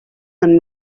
and